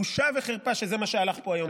בושה וחרפה שזה מה שהלך פה היום.